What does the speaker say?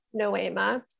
Noema